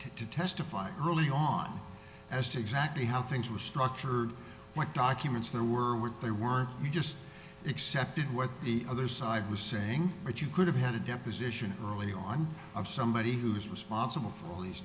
to testify early on as to exactly how things were structured what documents there were where they were you just accepted what the other side was saying but you could have had a deposition early on of somebody who is responsible for all these